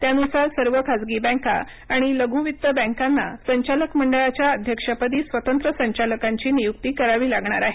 त्यानुसार सर्व खासगी बँका आणि लघ् वित्त बँकाना संचालक मंडळाच्या अध्यक्षपदी स्वतंत्र संचालकांची नियुक्ती करावी लागणार आहे